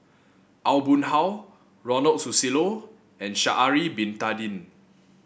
Aw Boon Haw Ronald Susilo and Sha'ari Bin Tadin